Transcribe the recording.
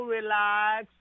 Relax